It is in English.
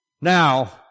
Now